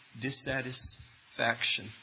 dissatisfaction